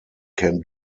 can